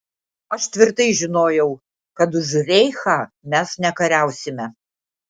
aš tvirtai žinojau kad už reichą mes nekariausime